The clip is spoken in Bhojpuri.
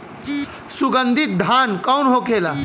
सुगन्धित धान कौन होखेला?